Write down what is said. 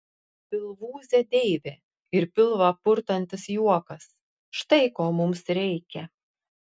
pilvūzė deivė ir pilvą purtantis juokas štai ko mums reikia